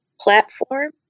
platform